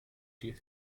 die